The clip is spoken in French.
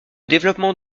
développement